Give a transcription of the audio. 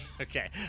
Okay